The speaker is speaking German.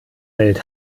welt